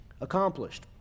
accomplished